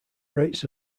rates